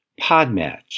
Podmatch